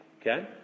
Okay